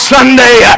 Sunday